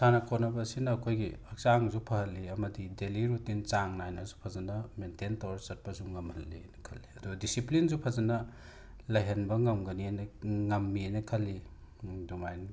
ꯁꯥꯟꯅ ꯈꯣꯠꯅꯕ ꯑꯁꯤꯅ ꯑꯩꯈꯣꯏꯒꯤ ꯍꯛꯆꯥꯡꯁꯨ ꯐꯍꯜꯂꯤ ꯑꯃꯗꯤ ꯗꯦꯂꯤ ꯔꯨꯇꯤꯟ ꯆꯥꯡ ꯅꯥꯏꯅꯁꯨ ꯐꯖꯅ ꯃꯦꯟꯇꯦꯟ ꯇꯧꯔ ꯆꯠꯄꯁꯨ ꯉꯝꯈꯜꯂꯤ ꯑꯅ ꯈꯜꯂꯤ ꯑꯗꯣ ꯗꯤꯁꯤꯄ꯭ꯂꯤꯟꯁꯨ ꯐꯖꯅ ꯂꯩꯍꯟꯕ ꯉꯝꯒꯅꯦꯅ ꯉꯝꯃꯦꯅ ꯈꯜꯂꯤ ꯑꯗꯨꯃꯥꯏꯅ